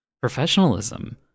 professionalism